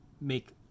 make